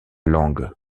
langue